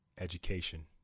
Education